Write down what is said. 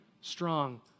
strong